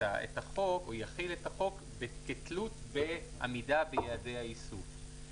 החוק או יחיל את החוק כתלות בעמידה ביעדי האיסוף.